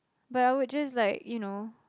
but I would just like you know